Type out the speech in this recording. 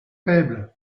faible